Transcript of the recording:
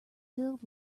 filled